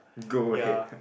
ya